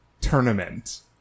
tournament